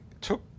took